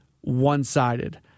one-sided